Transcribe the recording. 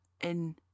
in-